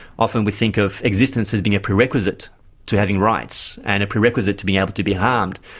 often we think of existence as being a prerequisite to having rights and a prerequisite to being able to be harmed,